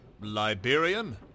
Liberian